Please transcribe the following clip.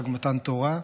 חג מתן תורה.